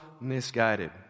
misguided